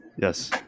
Yes